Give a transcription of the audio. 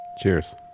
Cheers